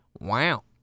Wow